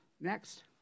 next